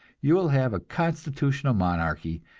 you will have a constitutional monarchy,